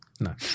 No